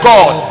God